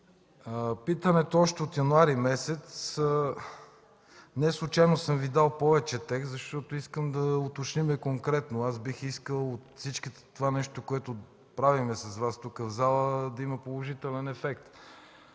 Питането е още от месец януари. Неслучайно съм Ви дал повече текст, защото искам да уточним конкретно. Аз бих искал от всичкото това нещо, което правим с Вас в залата, да има положителен ефект.